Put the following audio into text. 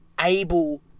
Able